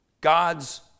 God's